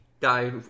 guy